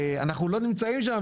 אנחנו לא נמצאים שם,